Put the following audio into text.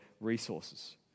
resources